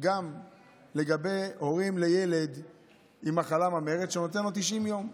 גם לגבי הורים לילד עם מחלה ממארת, שנותן 90 יום.